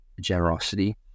generosity